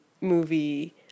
movie